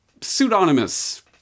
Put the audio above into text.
pseudonymous